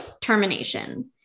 termination